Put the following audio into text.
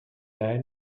laie